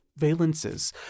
valences